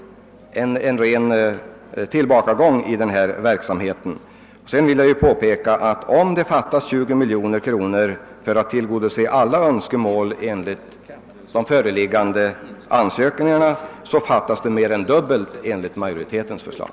Vidare vill jag påpeka, att om det vid bifall till reservationen fattas 20 miljoner kronor för att tillgodose alla önskemål enligt de föreliggande ansökningarna enligt reservationen, så fattas det mer än dubbelt så stort belopp, om man följer majoritetens förslag.